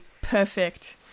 perfect